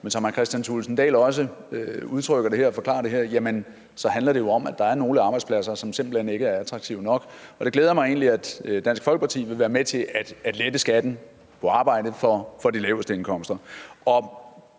Men som hr. Kristian Thulesen Dahl også udtrykker det her og forklarer det, så handler det jo om, at der er nogle arbejdspladser, som simpelt hen ikke er attraktive nok. Det glæder mig egentlig, at Dansk Folkeparti vil være med til at lette skatten på arbejde for de laveste indkomster.